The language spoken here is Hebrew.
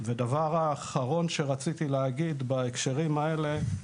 דבר אחרון שרציתי להגיד בהקשרים האלה,